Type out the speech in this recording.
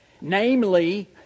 namely